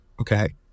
okay